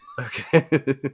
okay